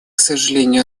сожалению